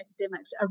academics